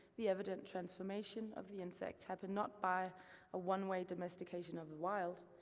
the evident transformation of the insects have been not by a one-way domestication of the wild,